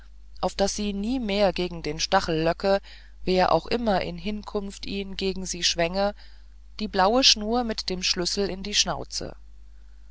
auf daß sie nie mehr gegen den stachel löcke wer auch immer in hinkunft ihn gegen sie schwänge die blaue schnur mit dem schlüssel in die schnauze